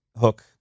hook